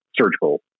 surgical